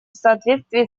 соответствии